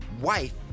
wife